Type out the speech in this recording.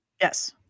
yes